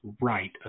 right